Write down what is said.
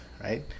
Right